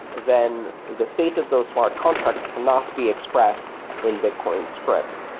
then the state of those smart contracts cannot be expressed in bitcoin script.